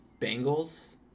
Bengals